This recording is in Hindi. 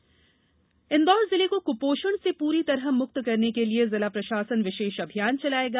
कुपोषण इंदौर जिले को कुपोषण से पूरी तरह मुक्त करने के लिये जिला प्रषासन विशेष अभियान चलाएगा